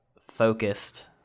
focused